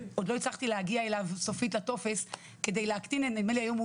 עוד לא הצלחתי להגיע אליו סופית לטופס כדי להקטין נדמה לי היום הוא